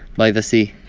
by the sea.